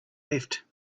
left